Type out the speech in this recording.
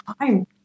time